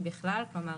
אם בעבר